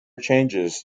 changes